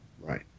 Right